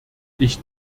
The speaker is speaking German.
ich